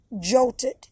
jolted